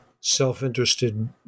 self-interested